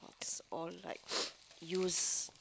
it's all like used